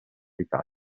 italia